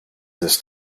this